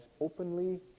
openly